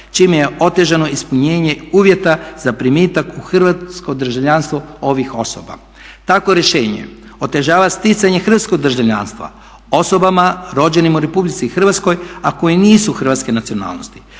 čime je otežano ispunjenje uvjeta za primitak u hrvatsko državljanstvo ovih osoba. Takvo rješenje otežava sticanje hrvatskog državljanstva osobama rođenim u RH, a koji nisu hrvatske nacionalnosti,